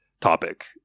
topic